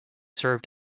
served